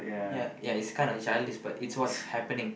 ya ya it's kind of each other list but it's what's happening